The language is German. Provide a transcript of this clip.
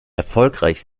erfolgreich